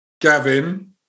Gavin